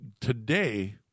today